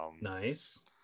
nice